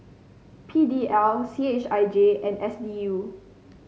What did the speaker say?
P D L C H I J and S D U